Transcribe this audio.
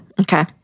Okay